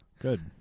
Good